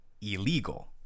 illegal